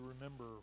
remember